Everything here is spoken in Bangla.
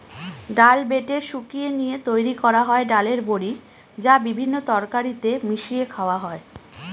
ডাল বেটে শুকিয়ে নিয়ে তৈরি করা হয় ডালের বড়ি, যা বিভিন্ন তরকারিতে মিশিয়ে খাওয়া হয়